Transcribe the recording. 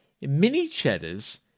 mini-cheddars